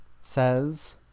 says